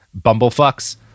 bumblefucks